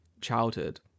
childhood